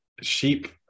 sheep